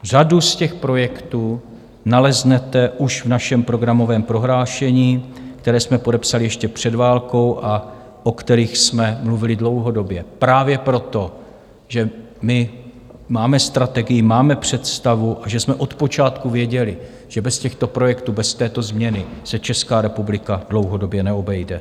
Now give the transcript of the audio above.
Řadu z těch projektů naleznete už v našem programovém prohlášení, které jsme podepsali ještě před válkou a o kterých jsme mluvili dlouhodobě právě proto, že my máme strategii, máme představu a že jsme od počátku věděli, že bez těchto projektů, bez této změny se Česká republika dlouhodobě neobejde.